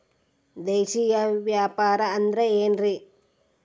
ದೇಶೇಯ ವ್ಯಾಪಾರ ಅಂದ್ರೆ ಏನ್ರಿ?